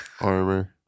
armor